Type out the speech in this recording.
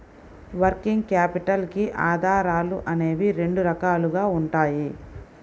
working capital కి ఆధారాలు అనేవి రెండు రకాలుగా ఉంటాయి